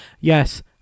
yes